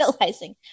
realizing